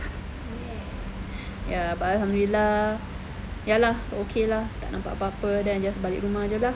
ya but alhamdulillah ya lah okay lah tak nampak apa-apa then I just balik rumah jer lah